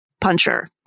puncher